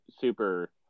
super